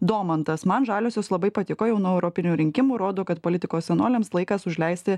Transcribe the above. domantas man žaliosios labai patiko jau nuo europinių rinkimų rodo kad politikos senoliams laikas užleisti